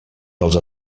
dels